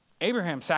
Abraham